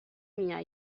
mia